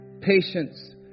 patience